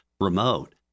remote